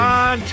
on